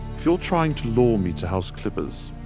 if you're trying to lure me to house clippers,